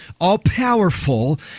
all-powerful